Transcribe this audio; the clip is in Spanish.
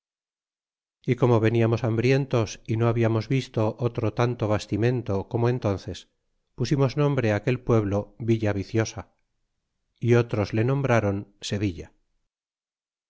y como veniamos hambrientos y no hablamos visto otro tanto bastimento como entnces pusimos nombre á aquel pueblo villa viciosa y otros le nombráron sevilla